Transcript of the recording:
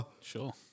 Sure